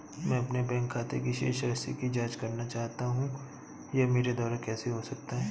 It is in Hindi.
मैं अपने बैंक खाते की शेष राशि की जाँच करना चाहता हूँ यह मेरे द्वारा कैसे हो सकता है?